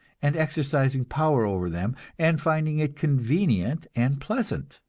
and exercising power over them, and finding it convenient and pleasant.